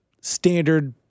standard